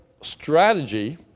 strategy